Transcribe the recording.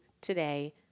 today